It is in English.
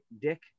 Dick